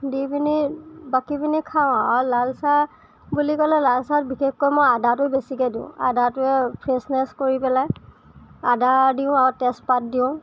দি পিনি বাকীখিনি খাওঁ আৰু লাল চাহ বুলি কলে লাল চাহত বিশেষকৈ মই আদাটো বেছিকৈ দিওঁ আদাটোৱে ফ্ৰেচনেচ্ কৰি পেলায় আদা দিওঁ আৰু তেজপাত দিওঁ